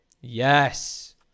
Yes